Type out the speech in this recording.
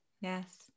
yes